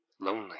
lonely